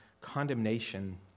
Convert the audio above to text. condemnation